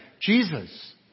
Jesus